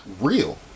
real